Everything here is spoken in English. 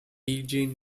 gene